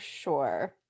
sure